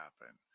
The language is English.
happen